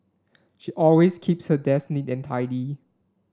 she always keeps her desk neat and tidy